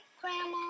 grandma